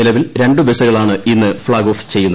നിലവിൽ രണ്ടു ബസുകളാണ് ഇന്ന് ഫ്ളാഗ് ഓഫ് ചെയ്യുന്നത്